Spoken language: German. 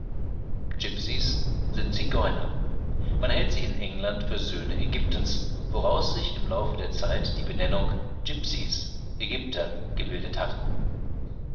gipsies sind zigeuner man hält sie in england für söhne ägyptens woraus sich im laufe der zeit die benennung gipsies ägypter gebildet hat